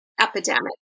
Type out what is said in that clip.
epidemic